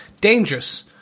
dangerous